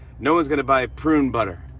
no one's gonna buy prune butter.